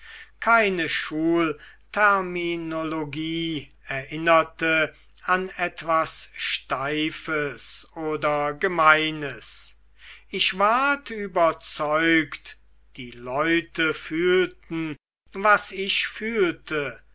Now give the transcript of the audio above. keine schulterminologie erinnerte an etwas steifes oder gemeines ich ward überzeugt die leute fühlten was ich fühlte